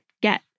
get